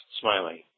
smiling